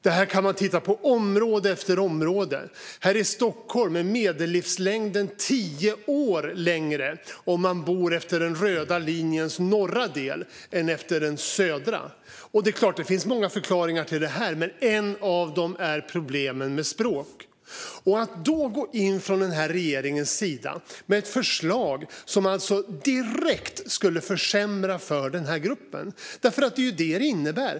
Det här kan man se på område efter område. Här i Stockholm är medellivslängden tio år längre om man bor utmed den röda linjens norra del än om man bor utmed den södra. Det är klart att det finns många förklaringar till det, men en av dem är problemen med språk. Att då gå in från den här regeringens sida med det här förslaget skulle direkt försämra för den här gruppen, för det är ju det det innebär.